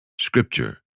Scripture